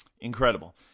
incredible